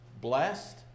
blessed